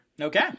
Okay